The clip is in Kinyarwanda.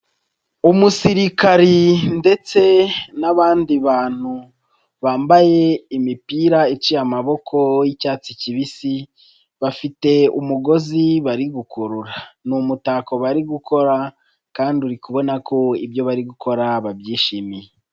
Umusirikari ndetse n'abandi bantu bambaye imipira iciye amaboko y'icyatsi kibisi bafite umugozi bari gukurura, ni umutako bari gukora kandi uri kubona ko ibyo bari gukora babyishimiye.